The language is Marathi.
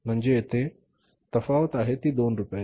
म्हणजे येथे तफावत आहे ती ही २ रुपयांची